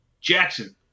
Jackson